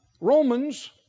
Romans